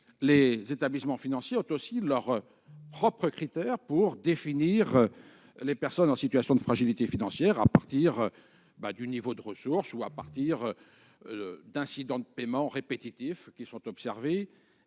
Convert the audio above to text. Les établissements financiers ont aussi leurs propres critères pour définir les personnes en situation de fragilité financière, à partir du niveau de ressources ou des incidents de paiement répétitifs qui sont observés.